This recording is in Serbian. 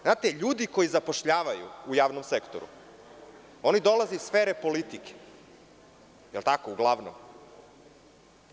Znate, ljudi koji zapošljavaju u javnom sektoru, oni dolaze iz sfere politike, uglavnom.